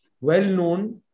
well-known